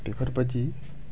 बेफोरबायदि